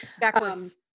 Backwards